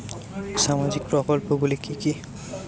সামাজিক প্রকল্পগুলি কি কি?